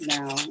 now